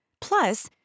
Plus